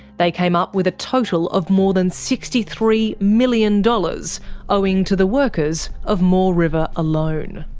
they came up with a total of more than sixty three million dollars owing to the workers of moore river alone.